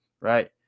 right